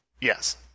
Yes